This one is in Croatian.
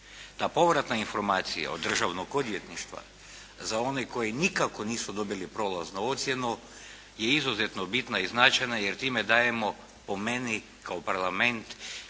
Ta povratna informacija od Državnog odvjetništva za one koji nikako nisu dobili prolaznu ocjenu, je izuzetno bitna i značajna jer time dajemo po meni kao Parlament